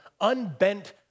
unbent